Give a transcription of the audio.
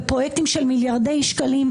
בפרויקטים של מיליארדי שקלים,